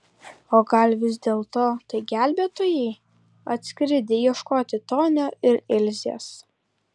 o gal vis dėlto tai gelbėtojai atskridę ieškoti tonio ir ilzės